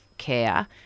care